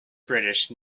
british